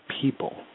people